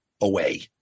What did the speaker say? away